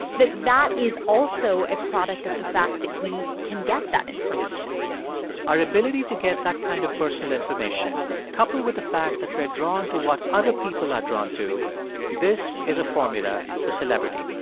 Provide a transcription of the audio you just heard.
that that is also a product of the fact that we can get that information our ability to get that kind of personal information, coupled with the fact that we are drawn to what other people are drawn to this is a formula for celebrity.